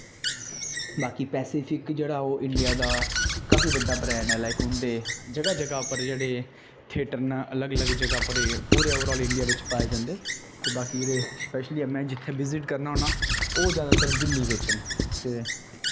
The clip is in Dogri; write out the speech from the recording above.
बाकी पैसिफिक जेह्ड़ा ओह् इंडिया दा काफी बड्डा ब्रैंड ऐ लाईक उं'दे जगह् जगह् उप्पर जेह्ड़े थियेटर न अलग अलग जगह् उप्पर पूरे ओवर आल इंडिया बिच्च पाए जंदे ते बाकी जेह्ड़े स्पैशली जित्थें में विजिट करना होन्ना ओह् जादातर दिल्ली बिच्च न ते